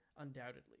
undoubtedly